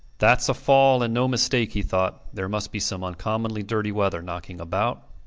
thats a fall, and no mistake, he thought. there must be some uncommonly dirty weather knocking about.